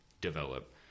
develop